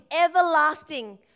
everlasting